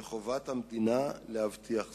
וחובת המדינה להבטיח זאת.